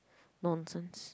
nonsense